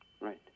Right